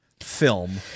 film